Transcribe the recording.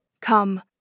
Come